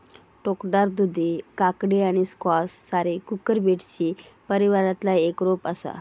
टोकदार दुधी काकडी आणि स्क्वॅश सारी कुकुरबिटेसी परिवारातला एक रोप असा